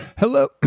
Hello